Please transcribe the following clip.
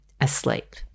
asleep